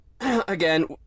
again